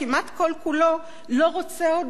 לא רוצה עוד בחזון שהצגת,